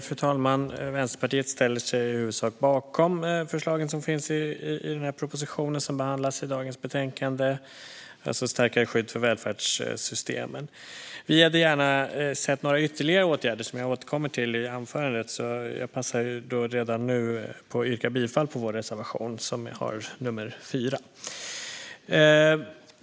Fru talman! Vänsterpartiet ställer sig i huvudsak bakom förslagen i propositionen som behandlas i dagens betänkande Ett starkare skydd för välfärdssystemen . Vi hade gärna sett ytterligare några åtgärder som jag återkommer till i anförandet, så jag passar redan nu på att yrka bifall till vår reservation nr 4.